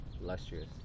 lustrous